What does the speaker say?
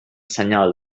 senyal